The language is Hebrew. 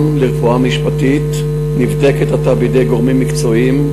לרפואה משפטית נבדקת עתה בידי גורמים מקצועיים,